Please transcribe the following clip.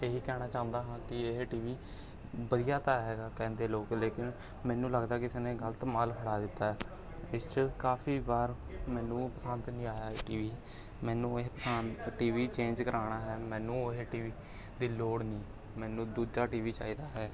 ਇਹੀ ਕਹਿਣਾ ਚਾਹੁੰਦਾ ਹਾਂ ਕਿ ਇਹ ਟੀ ਵੀ ਵਧੀਆ ਤਾਂ ਹੈਗਾ ਕਹਿੰਦੇ ਲੋਕ ਲੇਕਿਨ ਮੈਨੂੰ ਲੱਗਦਾ ਕਿਸੇ ਨੇ ਗਲਤ ਮਾਲ ਫੜਾ ਦਿੱਤਾ ਹੈ ਇਸ 'ਚ ਕਾਫ਼ੀ ਵਾਰ ਮੈਨੂੰ ਓਹ ਪਸੰਦ ਨਹੀਂ ਆਇਆ ਇਹ ਟੀ ਵੀ ਮੈਨੂੰ ਇਹ ਪਸੰ ਟੀ ਵੀ ਚੇਂਜ ਕਰਵਾਉਣਾ ਹੈ ਮੈਨੂੰ ਇਹ ਟੀ ਵੀ ਦੀ ਲੋੜ ਨਹੀਂ ਮੈਨੂੰ ਦੂਜਾ ਟੀ ਵੀ ਚਾਹੀਦਾ ਹੈ